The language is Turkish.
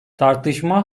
tartışma